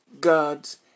God's